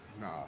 Nah